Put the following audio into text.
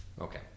Okay